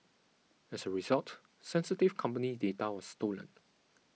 as a result sensitive company data was stolen